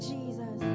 Jesus